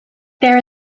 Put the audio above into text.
there